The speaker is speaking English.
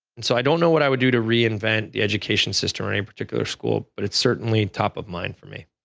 and so i don't know what i would do to reinvent the education system or any particular school but it's certainly on top of mind for me.